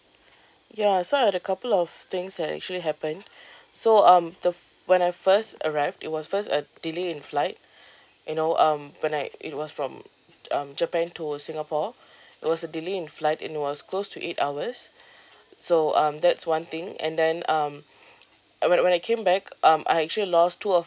ya so I had a couple of things that actually happened so um the f~ when I first arrived it was first a delay in flight you know um when I it was from um japan to singapore there was a delay in flight and it was close to eight hours so um that's one thing and then um when I when I came back um I actually lost two of